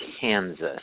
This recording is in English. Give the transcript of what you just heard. Kansas